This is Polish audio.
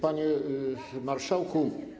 Panie Marszałku!